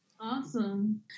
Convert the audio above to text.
Awesome